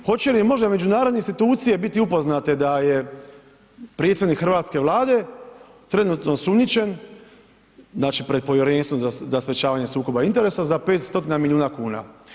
Hoće li možda međunarodne institucije biti upoznate da je predsjednik hrvatske Vlade trenutno osumnjičen, znači pred Povjerenstvom za sprječavanje sukoba interesa za 5 stotina milijuna kuna.